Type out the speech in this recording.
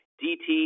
dt